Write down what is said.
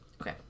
Okay